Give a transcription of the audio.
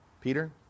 Peter